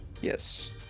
Yes